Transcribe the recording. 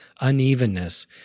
unevenness